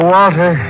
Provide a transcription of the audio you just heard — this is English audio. Walter